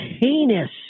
heinous